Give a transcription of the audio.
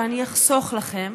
שאני אחסוך לכם,